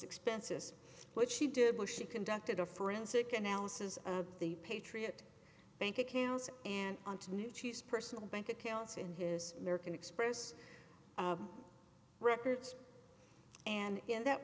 expenses which she did was she conducted a forensic analysis of the patriot bank accounts and on to new cheese personal bank accounts in his american express records and in that